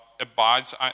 abides